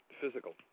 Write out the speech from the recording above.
physical